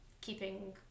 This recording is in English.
keeping